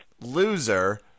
Loser